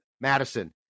madison